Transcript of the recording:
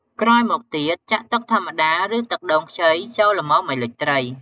ក្រោយមកទៀត ចាក់ទឹកធម្មតា ឬទឹកដូងខ្ចីចូលល្មមឱ្យលិចត្រី។